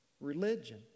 religion